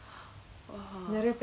!wah!